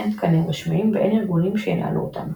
אין תקנים רשמיים ואין ארגונים שינהלו אותם.